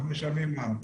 אבל אנחנו משלמים מע"מ.